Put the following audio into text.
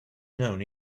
known